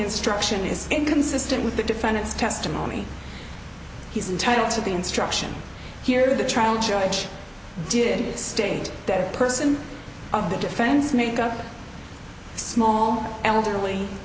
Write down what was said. instruction is inconsistent with the defendant's testimony he's entitled to the instruction here the trial judge did state that person of the defense make up a small elderly